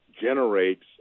generates